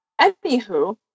Anywho